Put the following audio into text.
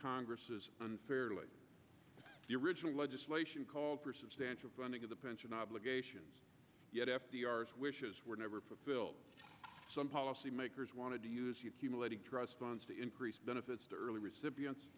congresses unfairly the original legislation called for substantial funding of the pension obligations yet f d r s wishes were never fulfilled some policy makers wanted to use trust funds to increase benefits to early recipients